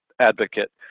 advocate